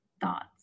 thoughts